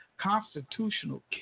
constitutional